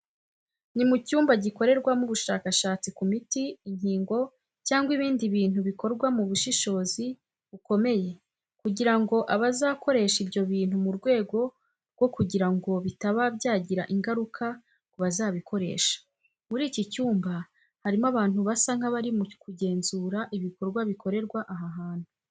Ni mu cyumba gikorerwamo ubushakashatsi ku miti, inkingo cyangwa ibindi bintu bikorwa mu bushishozi bukomeye kugira ngo abazakoresha ibyo bintu mu rwego rwo kugira ngo bitaba byagira ingaruka kubazabikoresha. Muri iki cyumba harimo abantu basa nk'abari mu kugenzura ibikorwa bikorerwa aha hantu.